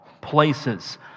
places